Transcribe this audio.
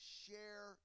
share